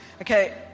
okay